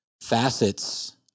facets